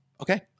Okay